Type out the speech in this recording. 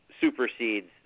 supersedes